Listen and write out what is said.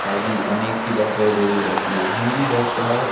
आदि अनेक सी भाषाएँ बोली जाती हैं हिंदी भाषा